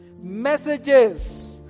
Messages